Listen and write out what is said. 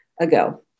ago